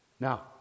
Now